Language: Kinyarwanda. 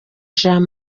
jean